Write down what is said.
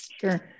Sure